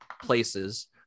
places